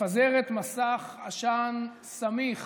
מפזרת מסך עשן סמיך